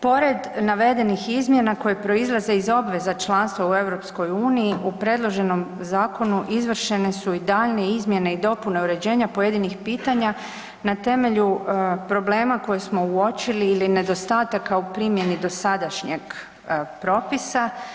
Pored navedenih izmjena koje proizlaze iz obveza članstva EU-a u predloženom zakonu izvršene su i daljnje izmjene i dopune uređenja pojedinih pitanja na temelju problema koje smo uočili ili nedostataka u primjeni dosadašnjeg propisa.